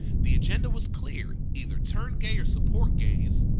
the agenda was clear either turn gay or support gays,